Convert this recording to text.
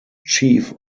chief